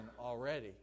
already